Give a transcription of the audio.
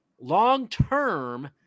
Long-term